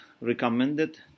recommended